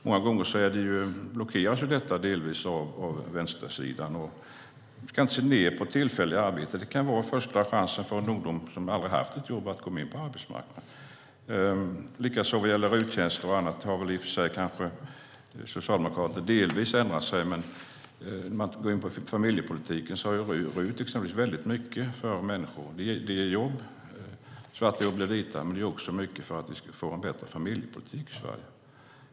Många gånger blockeras detta delvis av vänstersidan. Man ska dock inte se ned på tillfälliga arbeten. Det kan vara första chansen att komma in på arbetsmarknaden för en ungdom som aldrig haft ett jobb. Det är likadant med RUT-tjänster och annat. Det har i och för sig kanske Socialdemokraterna delvis ändrat sig om. Går man in på familjepolitiken gör exempelvis RUT väldigt mycket för människor. Det ger jobb; svarta jobb blir vita. Men det gör också mycket för att vi ska få en bättre familjepolitik för Sverige.